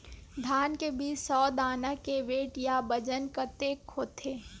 धान बीज के सौ दाना के वेट या बजन कतके होथे?